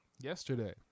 yesterday